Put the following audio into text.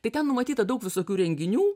tai ten numatyta daug visokių renginių